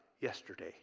yesterday